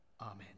Amen